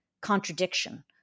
contradiction